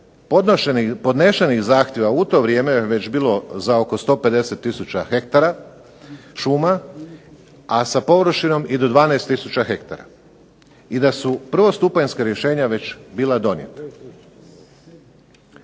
podnešenih zahtjeva u to vrijeme već bilo za oko 150 tisuća hektara šuma, a sa površinom 12 tisuća hektara i da su prvostupanjska rješenja već bila donijeta.